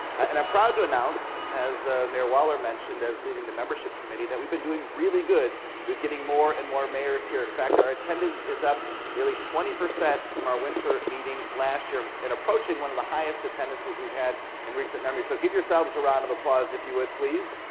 and i'm proud to announce, as mayor wahler mentioned as leading the membership committee, that we've been doing really good with getting more and more mayors here. in fact, our attendance is up nearly twenty percent from our winter meeting last year and approaching one of the highest attendances we've had in recent memory, so give yourselves a round of applause if you would, please.